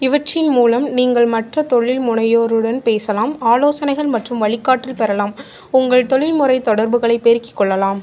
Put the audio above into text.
இவற்றின் மூலம் நீங்கள் மற்ற தொழில் முனைவோருடன் பேசலாம் ஆலோசனைகள் மற்றும் வழிகாட்டல் பெறலாம் உங்கள் தொழில்முறைத் தொடர்புகளைப் பெருக்கிக் கொள்ளலாம்